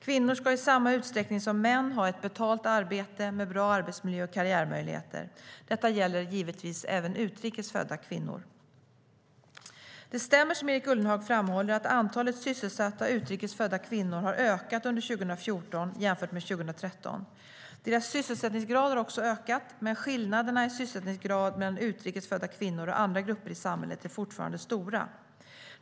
Kvinnor ska i samma utsträckning som män ha ett betalt arbete med bra arbetsmiljö och karriärmöjligheter. Detta gäller givetvis även utrikes födda kvinnor. Det stämmer som Erik Ullenhag framhåller att antalet sysselsatta utrikes födda kvinnor har ökat under 2014 jämfört med 2013. Deras sysselsättningsgrad har också ökat, men skillnaderna i sysselsättningsgrad mellan utrikes födda kvinnor och andra grupper i samhället är fortfarande stora.